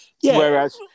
Whereas